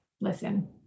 listen